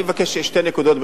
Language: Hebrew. אני מבקש שתי נקודות,